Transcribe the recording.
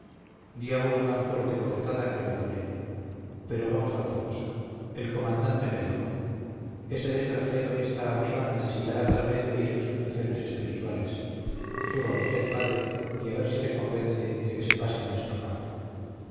a uno tan fuerte bofetada que lo doblé pero vamos a otra cosa el comandante me dijo ese desgraciado que está arriba necesitará tal vez oír exhortaciones espirituales suba usted padre y a ver si le convence de que se pase a nuestro campo